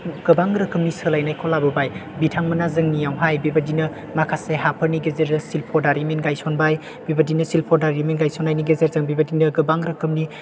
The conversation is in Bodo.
गोबां रोखोमनि सोलायनायखौ लाबोबाय बिथांमोना जोंनियावहाय बेबायदिनो माखासे हाफोरनि गेजेरजों शिल्प दारिमिन गायसनबाय बेबायदिनो शिल्प दारिमिन गायसननायनि गेजेरजों बेबायदिनो गोबां रोखोमनि